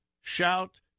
shout